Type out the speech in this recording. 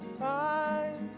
eyes